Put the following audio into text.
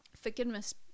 forgiveness